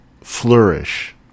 flourish